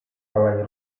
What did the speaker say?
pełen